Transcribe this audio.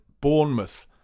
Bournemouth